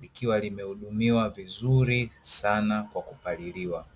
likiwa limehudumiwa vizuri sana kwa kupaliliwa.